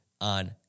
on